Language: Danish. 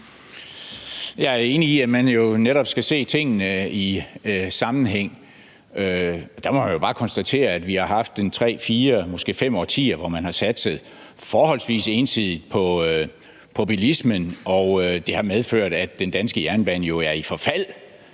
Jeg er enig i, at man jo netop skal se tingene i en sammenhæng. Der må jeg jo bare konstatere, at vi har haft tre-fire, måske fem, årtier, hvor man har satset forholdsvis ensidigt på bilismen, og det har jo medført, at den danske jernbane er i forfald